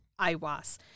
Iwas